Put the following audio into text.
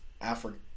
Africa